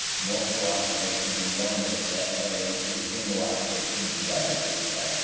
multiple observations in one data set are related to a single observation in the other data set.